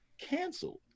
canceled